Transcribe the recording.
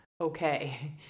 okay